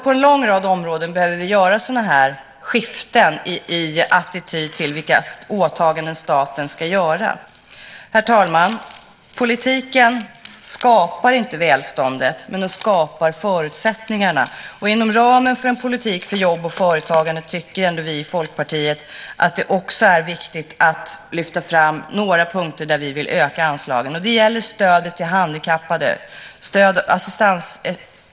På en lång rad områden behöver vi göra sådana här skiften i attityden till vilka åtaganden staten ska göra. Herr talman! Politiken skapar inte välståndet, men den skapar förutsättningarna. Inom ramen för en politik för jobb och företagande tycker vi i Folkpartiet att det är viktigt att lyfta fram några punkter där vi vill öka anslagen. Det gäller stödet till handikappade.